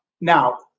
Now